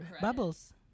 Bubbles